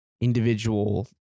individual